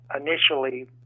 initially